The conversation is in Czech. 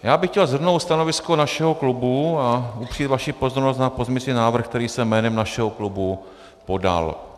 Já bych chtěl shrnout stanovisko našeho klubu a upřít vaši pozornost na pozměňující návrh, který jsem jménem našeho klubu podal.